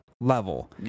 level